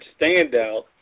standout